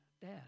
dad